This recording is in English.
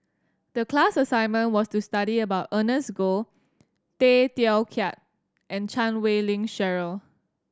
the class assignment was to study about Ernest Goh Tay Teow Kiat and Chan Wei Ling Cheryl